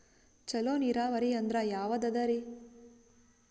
ಚಲೋ ನೀರಾವರಿ ಅಂದ್ರ ಯಾವದದರಿ?